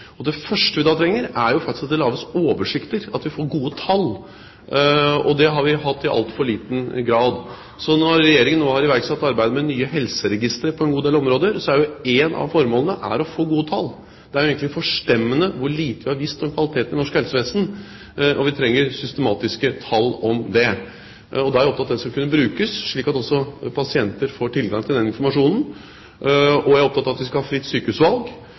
Det første vi trenger, er at det faktisk lages oversikter, at vi får gode tall. Det har vi hatt i altfor liten grad. Når Regjeringen nå har iverksatt arbeidet med nye helseregistre på en god del områder, er et av formålene å få gode tall. Det er jo egentlig forstemmende hvor lite vi har visst om kvaliteten i norsk helsevesen, og vi trenger systematiske tall om det. Jeg er opptatt av at det skal kunne brukes, slik at også pasienter får tilgang til denne informasjonen. Jeg er opptatt av at vi skal ha fritt sykehusvalg.